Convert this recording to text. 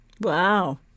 Wow